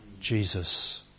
Jesus